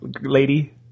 lady